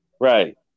Right